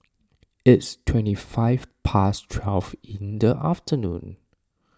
its twenty five past twelve in the afternoon